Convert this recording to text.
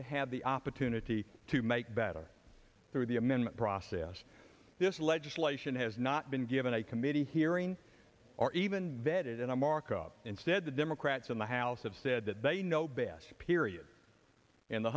to have the opportunity to make better through the amendment process this legislation has not been given a committee hearing or even vetted and i markup instead the democrats in the house have said that they know best period and the